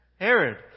Herod